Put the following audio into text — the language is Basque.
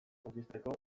konkistatzeko